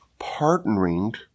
partnering